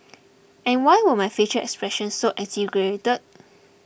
and why were my facial expressions so exaggerated